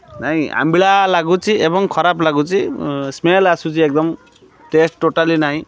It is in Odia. ନାଇଁ ଆମ୍ବିଳା ଲାଗୁଛି ଏବଂ ଖରାପ ଲାଗୁଛି ସ୍ମେଲ୍ ଆସୁଛି ଏକ୍ଦମ୍ ଟେଷ୍ଟ୍ ଟୋଟାଲି ନାହିଁ